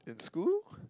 in school